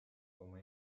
oma